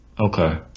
Okay